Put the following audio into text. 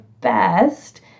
best